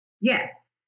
Yes